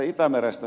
itämerestä